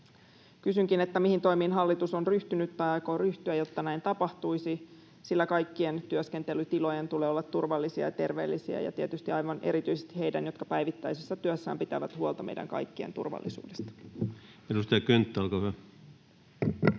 Kysynkin: mihin toimiin hallitus on ryhtynyt tai aikoo ryhtyä, jotta näin tapahtuisi? Kaikkien työskentelytilojen tulee olla turvallisia ja terveellisiä ja tietysti aivan erityisesti heidän, jotka päivittäisessä työssään pitävät huolta meidän kaikkien turvallisuudesta. Edustaja Könttä, olkaa hyvä.